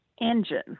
engine